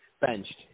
benched